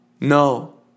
No